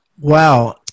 Wow